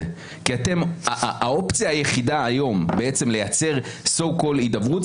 כי האופציה היחידה היום לייצר מה שנקרא הידברות,